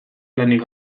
lanik